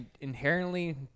inherently